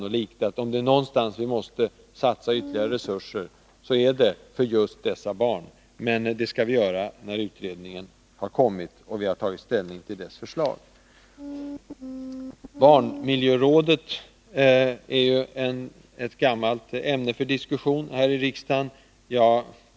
Om det är något vi måste satsa ytterligare resurser på, är det på just dessa barn, men det skall ske när utredningen har kommit och man har tagit ställning till dess förslag. Barnmiljörådet är ett gammalt ämne för diskussion här i riksdagen.